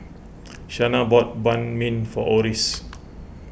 Shana bought Banh Mi for Oris